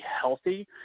healthy